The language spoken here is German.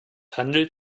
handelt